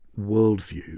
worldview